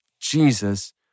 Jesus